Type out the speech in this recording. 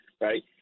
right